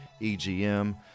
EGM